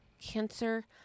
Cancer